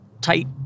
tight